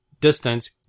distance